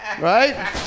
right